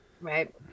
right